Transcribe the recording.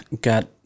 got